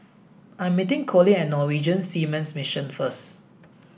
I'm meeting Collin at Norwegian Seamen's Mission first